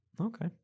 Okay